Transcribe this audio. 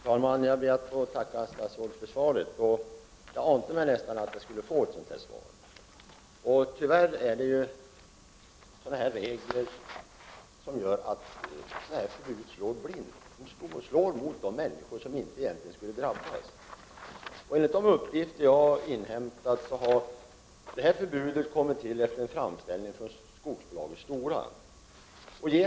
Fru talman! Jag ber att få tacka statsrådet för svaret. Det ante mig nästan att jag skulle få ett sådant här svar. Tyvärr är reglerna sådana att nämnda förbud slår blint. Det slår mot människor som egentligen inte skulle behöva drabbas. Enligt uppgifter som jag har inhämtat har förbudet kommit till efter en framställning från skogsbolaget Stora Kopparberg.